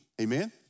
Amen